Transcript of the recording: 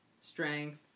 strength